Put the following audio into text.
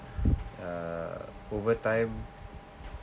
uh over time